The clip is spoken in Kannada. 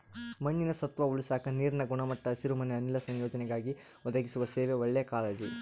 ಮಣ್ಣಿನ ಸತ್ವ ಉಳಸಾಕ ನೀರಿನ ಗುಣಮಟ್ಟ ಹಸಿರುಮನೆ ಅನಿಲ ಸಂಯೋಜನೆಗಾಗಿ ಒದಗಿಸುವ ಸೇವೆ ಒಳ್ಳೆ ಕಾಳಜಿ